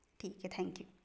ठीक आहे थँक्यू